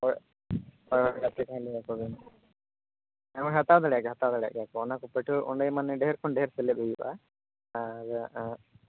ᱦᱳᱭ ᱜᱟᱛᱮ ᱠᱚᱦᱚᱸ ᱞᱟᱹᱭᱟᱠᱚ ᱵᱤᱱ ᱦᱟᱛᱟᱣ ᱫᱟᱲᱮᱭᱟᱜ ᱜᱮ ᱦᱟᱛᱟᱣ ᱫᱟᱲᱮᱭᱟᱜ ᱜᱮᱭᱟ ᱠᱚ ᱚᱱᱟ ᱠᱚ ᱯᱟᱹᱴᱷᱩᱭᱟᱹ ᱚᱸᱰᱮ ᱢᱟᱱᱮ ᱰᱷᱮᱨ ᱠᱷᱚᱱ ᱰᱷᱮᱨ ᱥᱮᱞᱮᱫ ᱦᱩᱭᱩᱜᱼᱟ ᱟᱨ ᱟᱜ